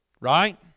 Right